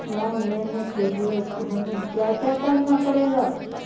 Loan लेने के लिए हमें क्या क्या करना पड़ेगा?